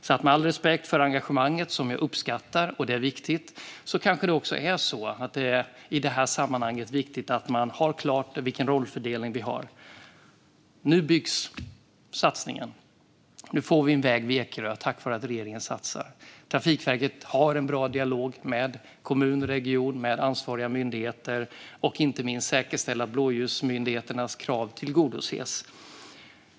Så med all respekt för engagemanget, som jag uppskattar - det är viktigt - kanske det i sammanhanget också är viktigt att ha klart för sig vilken rollfördelning vi har. Nu byggs satsningen. Nu får vi en väg vid Ekerö, tack vare att regeringen satsar. Trafikverket har en bra dialog med kommun, region och ansvariga myndigheter och säkerställer inte minst att blåljusmyndigheternas krav tillgodoses.